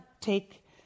take